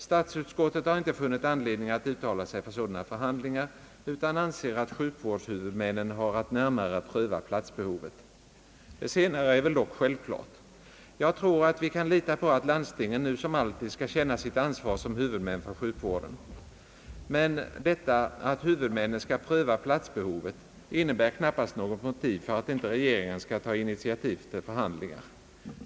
Statsutskottet har inte funnit anledning att uttala sig för sådana förhandlingar utan anser att sjukvårdshuvudmännen har att närmare pröva platsbehovet. Det senare är väl dock självklart. Jag tror att vi kan lita på att landstingen nu som alltid skall känna sitt ansvar som huvudmän för sjukvården, men det förhållandet att huvudmännen skall pröva platsbehovet innebär knappast något motiv för att inte regeringen skall ta initiativ till förhandlingar.